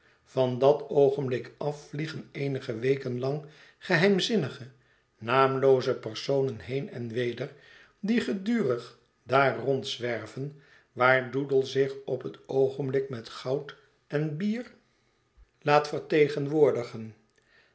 van dat oogenblik af vliegen eenige weken lang geheimzinnige naamlooze personen heen en weder die gedurig daar rondzwerven waar doodle zich op het oogenblik met goud en bier laat vertemaar